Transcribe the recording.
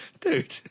Dude